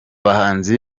bahanzi